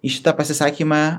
į šitą pasisakymą